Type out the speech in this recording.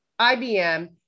IBM